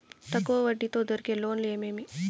తక్కువ వడ్డీ తో దొరికే లోన్లు ఏమేమీ?